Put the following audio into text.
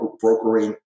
brokering